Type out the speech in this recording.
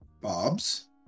Bobs